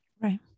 right